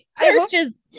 searches